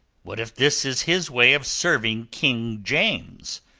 what if this is his way of serving king james,